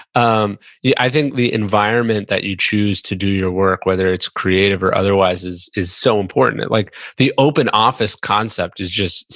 um yeah i think the environment that you choose to do your work, whether it's creative or otherwise is is so important. like the open office concept is just,